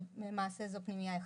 ולמעשה זו פנימייה אחת.